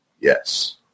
Yes